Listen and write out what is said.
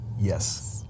yes